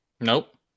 Nope